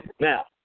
Now